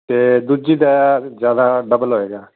ਅਤੇ ਦੂਜੀ ਦਾ ਫੇਰ ਜ਼ਿਆਦਾ ਡਬਲ ਹੋਏਗਾ